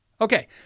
okay